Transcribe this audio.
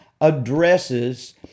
addresses